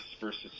versus